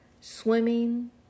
swimming